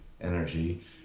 energy